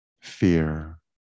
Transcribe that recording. fear